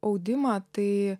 audimą tai